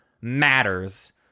matters